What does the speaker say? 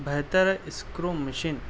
بہتر screw machine